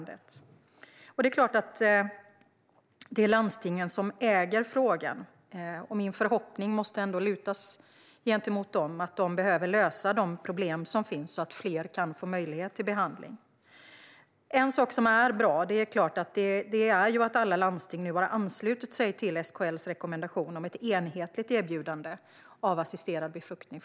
Det är landstingen som äger frågan, och min förhoppning måste lutas gentemot dem. De behöver lösa de problem som finns så att fler kan få möjlighet till behandling. En sak som är bra är att alla landsting nu har anslutit sig till SKL:s rekommendation om ett enhetligt erbjudande om assisterad befruktning.